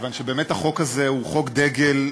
כיוון שהחוק הזה הוא חוק דגל,